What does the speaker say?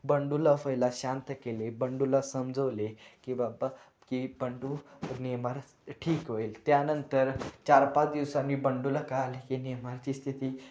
बंडूला पहिला शांत केले बंडूला समजावले की बाबा की बंडू नेमार ठीक होईल त्यानंतर चार पाच दिवसांनी बंडूला कळाले की नेमारची स्थिती